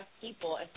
people